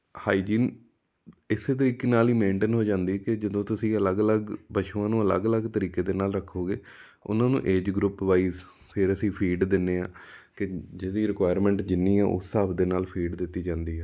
hygiene ਇਸ ਤਰੀਕੇ ਨਾਲ ਹੀ ਮੇਨਟੇਨ ਹੋ ਜਾਂਦੀ ਕਿ ਜਦੋਂ ਤੁਸੀਂ ਅਲੱਗ ਅਲੱਗ ਪਸ਼ੂਆਂ ਨੂੰ ਅਲੱਗ ਅਲੱਗ ਤਰੀਕੇ ਦੇ ਨਾਲ ਰੱਖੋਗੇ ਉਹਨਾਂ ਨੂੰ ਏਜ ਗਰੁੱਪ ਵਾਈਜ ਫੇਰ ਅਸੀਂ ਫੀਡ ਦਿੰਦੇ ਹਾਂ ਕਿ ਜਿਹਦੀ ਰਿਕੁਆਇਰਮੈਂਟ ਜਿੰਨੀ ਹੈ ਉਸ ਹਿਸਾਬ ਦੇ ਨਾਲ ਫੀਡ ਦਿੱਤੀ ਜਾਂਦੀ ਹੈ